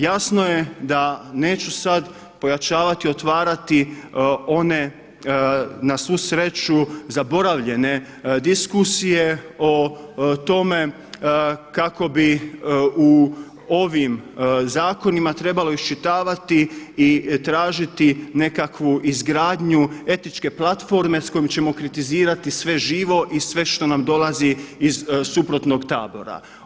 Jasno je da neću sada pojačavati, otvarati one, na svu sreću zaboravljene diskusije o tome kako bi u ovim zakonima trebalo iščitavati i tražiti nekakvu izgradnju etičke platforme s kojom ćemo kritizirati sve živo i sve što nam dolazi iz suprotnog tabora.